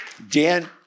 Dan